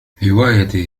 هوايتي